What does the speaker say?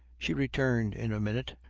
she returned in a minute,